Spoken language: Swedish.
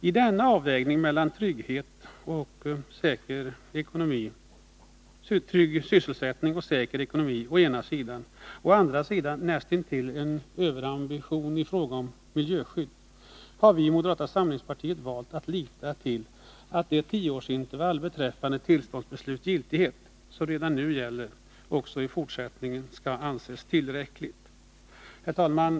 I denna avvägning mellan trygg sysselsättning och säker ekonomi å ena sidan och å andra sidan näst intill en överambition i fråga om miljöskydd har vi i moderata samlingspartiet valt att lita till att det tioårsintervall beträffande tillståndsbesluts giltighet som redan nu gäller också i fortsättningen skall anses tillräckligt. Herr talman!